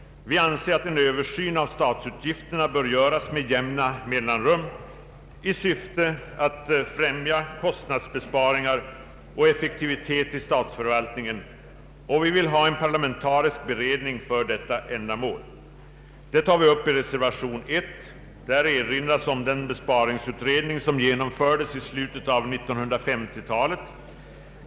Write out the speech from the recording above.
Vi anser att en översyn av statsutgifterna bör göras med jämna mellanrum i syfte att främja kostnadsbesparingar och effektivitet i statsförvaltningen, och vi vill ha en parlamentarisk beredning för detta ändamål. I reservationen 1 erinras om den besparingsutredning som genomfördes i slutet av 1950-talet.